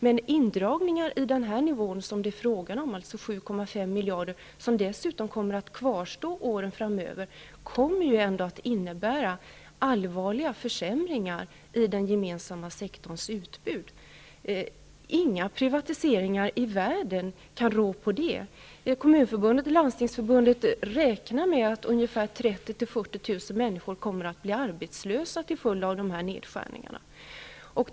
Men indragningar i den omfattning som det nu är fråga om, alltså 7,5 miljarder, som dessutom kommer att kvarstå åren framöver, kommer ändå att innebära allvarliga försämringar i den gemensamma sektons utbud. Inga privatiseringar i världen kan rå på det. Kommunförbundet och Landstingsförbundet räknar med att ungefär 30 000 -- 40 000 människor kommer att bli arbetslösa till följd av de här nedskärningarna.